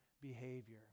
behavior